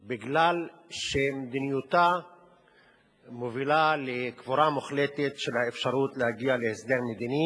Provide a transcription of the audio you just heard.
מפני שמדיניותה מובילה לקבורה מוחלטת של האפשרות להגיע להסדר מדיני.